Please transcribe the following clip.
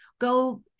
Go